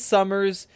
Summers